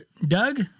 Doug